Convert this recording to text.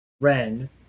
Ren